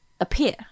appear